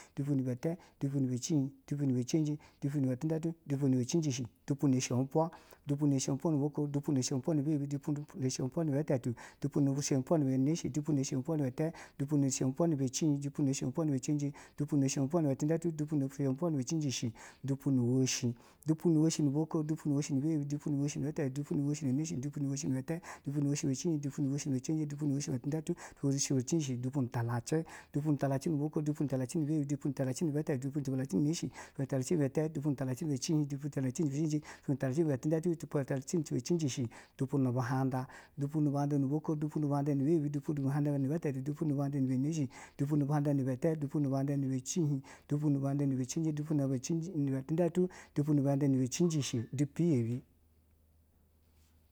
Dupu nibe oko, dupu nibe iyebi, dupu nibe tatu, dupu nibe neshi, dupu nibe ta, dupu nibe cihin, dupu nibe cenje, dupu nibe tundatu, dupu nibe cijishi, dupu ni woshi, dupuni woshi nibe oko, dupuni woshi nibe yebe, dupuni woshi nibe tatu, dupuni woshi nibe neshi, dupuni woshi nibe ta, dupuni woshi nibe cihin, dupuni woshi nibe cenje, dupuni woshi nibe tundata, dupuni woshi nibe cijishi, dupuni talace, dupuni talace nibe oko, dupuni talace nibe yebe, dupuni talace nibe tatu, dupuni talace nibe neshi, dupuni talace nibe ta, dupuni talace nibe cihin, dupuni talace nibe cenje, dupuni talace nibe tundatu, dupuni talace nibe cijishi, dupuni buhanda, dupuni buhanda nibe oko, dupuni buhanda nibe yebi, dupuni buhanda nibe tata, dupuni buhanda nibe neshi, dupuni buhanda nibe ta, dupuni buhanda nibe cihin, dupuni buhanda nibe cenje, dupuni buhanda nibe tundatu, dupuni buhanda nibe cijishi